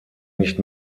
nicht